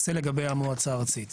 זה לגבי המועצה הארצית.